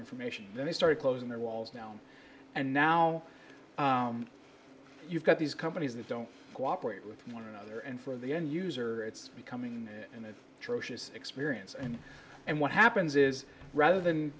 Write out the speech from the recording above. information then they started closing their walls down and now you've got these companies that don't cooperate with one another and for the end user it's becoming an experience and and what happens is rather than